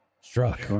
struck